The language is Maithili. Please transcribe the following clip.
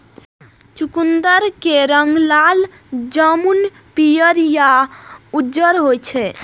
चुकंदर के रंग लाल, जामुनी, पीयर या उज्जर होइ छै